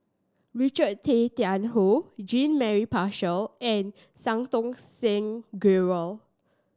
Richard Tay Tian Hoe Jean Mary Marshall and Santokh Singh Grewal